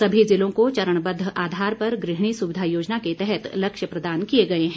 सभी जिलों को चरणबद्व आधार पर गृहिणी सुविधा योजना के तहत लक्ष्य प्रदान किए गए हैं